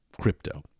crypto